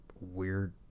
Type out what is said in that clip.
weird